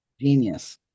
Genius